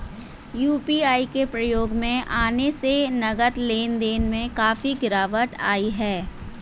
UPI के उपयोग में आने से नगद लेन देन में काफी गिरावट आई हैं